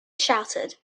shouted